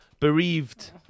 bereaved